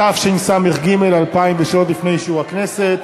התשס"ג 2003, לפני אישור הכנסת?